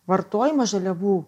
vartojimą žaliavų